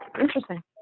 Interesting